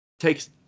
Takes